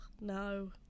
No